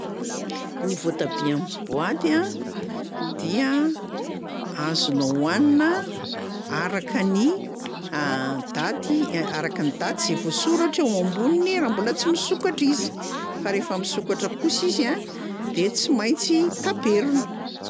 Ny voatabia amin'ny boaty a dia azonao hohanina araka ny daty araky ny daty zay voasoratra eo amboniny raha mbola tsy misokatra izy fa rehefa misokatra kosa izy a de tsy maintsy taperina.